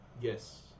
yes